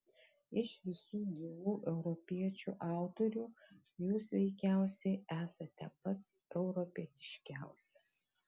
iš visų gyvų europiečių autorių jūs veikiausiai esate pats europietiškiausias